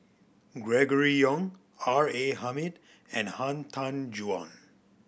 Gregory Yong R A Hamid and Han Tan Juan